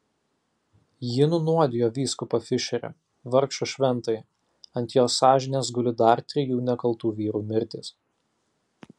ji nunuodijo vyskupą fišerį vargšą šventąjį ant jos sąžinės guli dar trijų nekaltų vyrų mirtys